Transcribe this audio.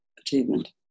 achievement